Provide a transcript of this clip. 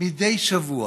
מדי שבוע?